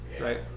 right